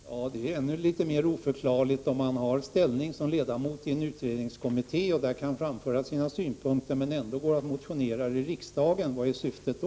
Herr talman! Det är så mycket mera oförklarligt att man, om man är ledamot i en utredningskommitté och således där kan framföra sina synpunkter, ändå motionerar i riksdagen. Vad är syftet då?